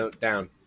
Down